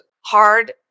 hard